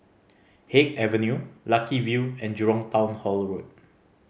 Haig Avenue Lucky View and Jurong Town Hall Road